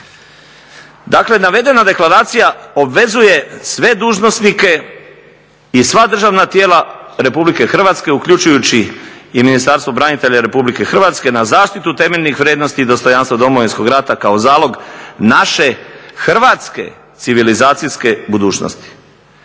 Dakle navedena deklaracija obvezuje sve dužnosnike i sva državna tijela Republike Hrvatske, uključujući i Ministarstvo branitelja Republike Hrvatske, na zaštitu temeljnih vrijednosti i dostojanstva Domovinskog rata kao zalog naše hrvatske civilizacijske budućnosti.